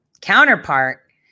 Counterpart